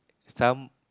some